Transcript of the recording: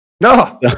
No